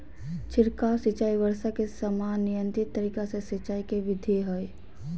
छिड़काव सिंचाई वर्षा के समान नियंत्रित तरीका से सिंचाई के विधि हई